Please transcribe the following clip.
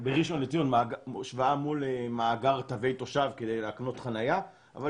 בראשון לציון בהשוואה מול מאגר תווי תושב כדי להקנות חנייה אבל